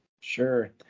Sure